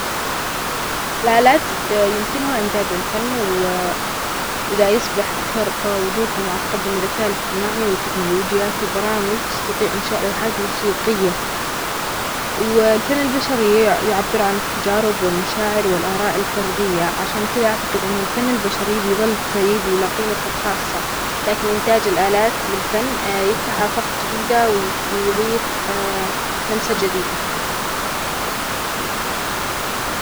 الآلات يمكنها إنتاج الفن، ودا يصبح أكثر وضوحا مع تقدم الذكاء الاصطناعي والتكنولوجيا، في برامج تستطيع إنشاء لوحات موسيقية، والفن البشري يعبر عن التجارب و المشاعر والآراء الفردية، عشان كدا أعتقد أنو الفن البشرى بيظل فريد وله قيمته الخاصة، لكن إنتاج الآلات للفن يفتح آفاق جديدة ويضيف لمسة جديدة.